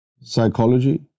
Psychology